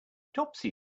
topsy